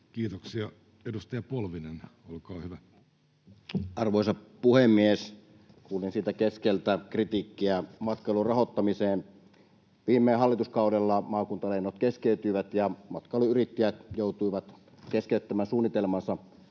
Time: 14:43 Content: Arvoisa puhemies! Kuulin siitä keskeltä kritiikkiä matkailun rahoittamiseen. Viime hallituskaudella maakuntalennot keskeytyivät ja matkailuyrittäjät joutuivat keskeyttämään suunnitelmansa